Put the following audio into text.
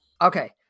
Okay